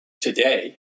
today